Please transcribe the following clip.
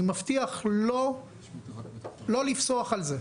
אני מבטיח לא לפסוח על זה.